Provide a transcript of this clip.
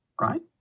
right